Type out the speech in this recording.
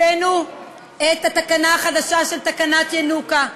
הבאנו את התקנה החדשה של תקנת ינוקא,